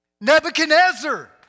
Nebuchadnezzar